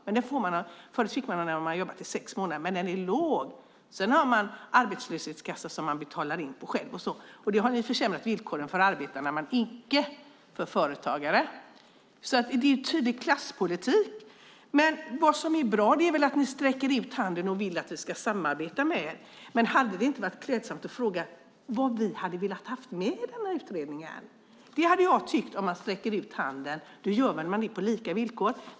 Förut fick man en summa från den om man hade jobbat i sex månader, men den är låg. Sedan har man en arbetslöshetskassa som man betalar in till själv. Där har ni försämrat villkoren för arbetarna men icke för företagare. Det är en tydlig klasspolitik. Det är bra att ni sträcker ut handen och vill att vi ska samarbeta med er. Men hade det inte varit klädsamt att fråga vad vi skulle vilja ha med i den här utredningen? Om man sträcker ut handen gör man väl det lika villkor.